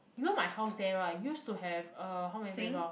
you know my house there [right] use to have uh how many playground